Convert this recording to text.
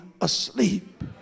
asleep